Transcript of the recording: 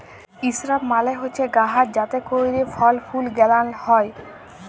ইসরাব মালে হছে গাহাচ যাতে ক্যইরে ফল ফুল গেলাল হ্যয়